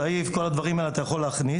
צעיף, כל הדברים האלה, אתה יכול הכניס.